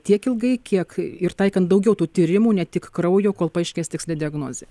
tiek ilgai kiek ir taikant daugiau tų tyrimų ne tik kraujo kol paaiškės tiksli diagnozė